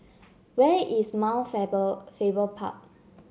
where is Mount Faber Faber Park